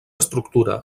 estructura